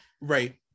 Right